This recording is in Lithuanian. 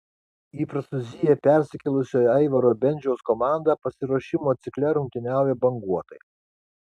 į prancūziją persikėlusio aivaro bendžiaus komanda pasiruošimo cikle rungtyniauja banguotai